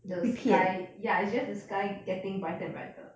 the sky ya it's just the sky getting brighter and brighter